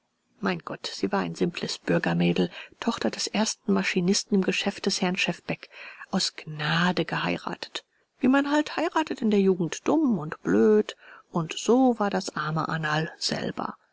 mein gott sie war ein simples bürgermädel tochter des ersten maschinisten im geschäft des herrn schefbeck aus gnade geheiratet wie man halt heiratet in der jugend dumm und blöd und so war das arme annerl selber